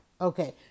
Okay